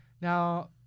Now